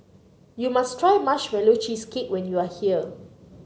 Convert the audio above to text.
you must try Marshmallow Cheesecake when you are here